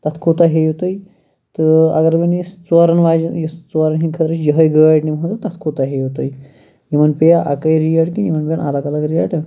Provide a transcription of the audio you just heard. تَتھ کوتاہ ہیٚیِو تُہۍ تہٕ اَگَر وۄنۍ أسۍ ژورَن واجنہِ یُس ژورَن ہٕنٛد خٲطرٕ چھِ یِہے گٲڑ نِمہ ہون تَتھ کوتاہ ہیٚیِو تُہۍ یِمَن پیٚیہ اَکٕے ریٹ کِنہٕ یِمَن پیٚن اَلَگ اَلَگ ریٹہِ